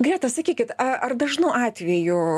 greta sakykit ar dažnu atveju